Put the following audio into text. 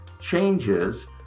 changes